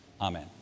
amen